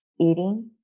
eating